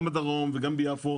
גם בדרום וגם ביפו.